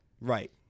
Right